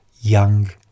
young